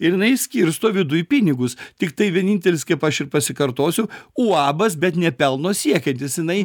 ir jinai skirsto viduj pinigus tiktai vienintelis kaip aš ir pasikartosiu uabas bet ne pelno siekiantis jinai